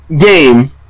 game